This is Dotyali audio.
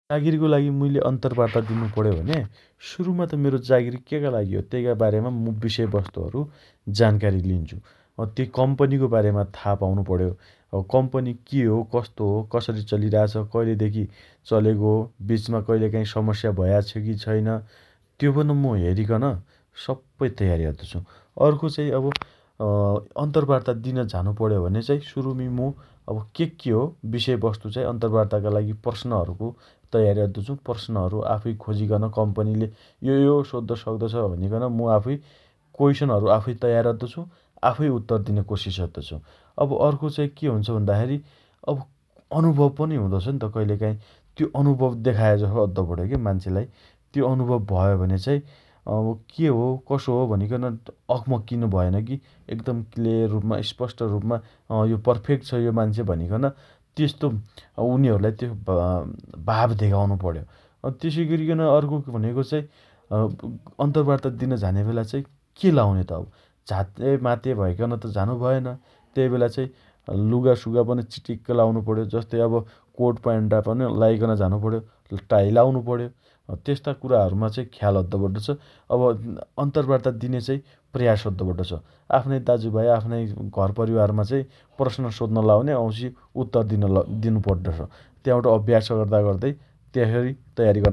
जागिरिका लागि मुइले अन्तरवार्ता दिनुपण्यो भने सुरुमा त मेरो जागिर केका लागि हो तेइका बारेमा विषयवस्तुहरु जानकारी लिन्छु । अँ तेइ कम्पनीको बारेमा था पाउनु पण्यो । अब कम्पनी के हो कस्तो हो? कसरी चलिरहेको छ? कहिलेदेखि चलेको हो? बीचमा कहिलेकाहीँ समस्या भया छ्यो की छेइन । त्यो पन मु हेरिकन सप्पै तयारी अद्दो छु । अर्को चाई अब अँ अन्तरवार्ता दिनाइ झानो पण्यो भने सुरुमी मु अब के के हो? विषयवस्तु चाइ अन्तरवार्ताका लागि प्रश्नहरुको तयारी अद्दो छु । प्रश्नहरु आफै खोजिकन कम्पनीले यो यो सोद्द सक्दो छ भनिकन मु आफूई कोइसनहरु आफूई तयार अद्दो छु । आफूइ उत्तर दिने कोसिस अद्दो छु । अब अर्को चाइ के हुन्छ भन्दाखेरी अब अनुभव पनि हुँदो छन्त कइलेकाइ त्यो अनुभव देखाए जसो अद्दो पण्यो के मान्छेलाई । त्यो अनुभव भयो भने चाइ अँ के हो कसो हो भनि कन अकमक्किनो भएन की एकदम क्लिेर रुपमा स्पष्ट रुपमा अँ यो प्रफेक्ट छ यो मान्छे भनिकन तेस्तो अब उनीहरुलाई त्यो अँ भाव धेगाउनु पण्यो । अँ तेसइ अरिकन अर्को भनेको चाइ अँ अन्तरवार्ता दिन झाने बेला चाइ के लाउने त अब? झातेमाते भइकन त झानो भएन । तेइबेला चाइ लुगासुगा पन चिटिक्क लाउनो पण्यो । जसइ अब कोट प्यान्टा पन लाइकन झानो पण्यो । टाइ लाउनु पण्यो । अँ तेस्ता कुराहरुमा चाइ ख्याल अद्दो पड्डो छ । अब अँ अन्तरवार्ता दिने चाइ प्रयास अद्दो पड्डो छ । आफ्ना दाजुभाइ आफ्नाइ घरपरिवारमा चाइ प्रश्न सोध्न लाउने वाउँछि उत्तर दिन लाउने दिनुपड्डो छ । त्याबट अभ्यास गर्दागर्दै तेसरी तयार